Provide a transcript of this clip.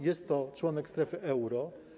Jest to członek strefy euro.